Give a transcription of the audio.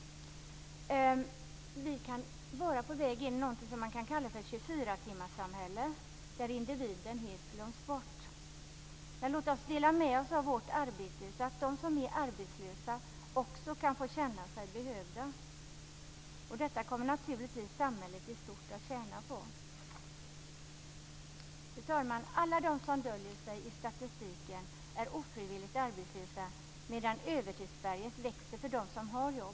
Vi kan vara på väg in i någonting som man kan kalla för ett 24-timmarssamhälle, där individen helt glöms bort. Nej, låt oss dela med oss av vårt arbete så att de som är arbetslösa också kan få känna sig behövda. Detta kommer naturligtvis samhället i stort att tjäna på. Fru talman! Alla de som döljer sig i statistiken är ofrivilligt arbetslösa, medan övertidsberget växer för dem som har jobb.